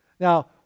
Now